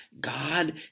God